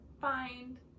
find